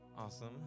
Awesome